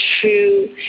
true